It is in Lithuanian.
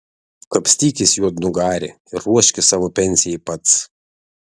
kapstykis juodnugari ir ruoškis savo pensijai pats